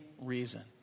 reason